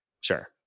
sure